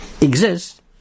exists